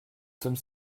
sommes